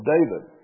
David